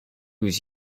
was